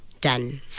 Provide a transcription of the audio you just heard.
done